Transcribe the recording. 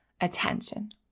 attention